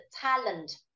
talent